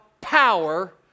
power